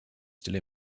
still